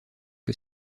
que